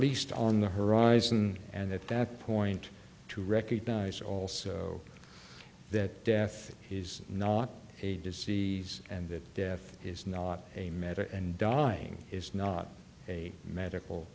least on the horizon at that point to recognize also that death is not a disease and that death is not a matter and dodging is not a medical